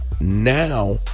Now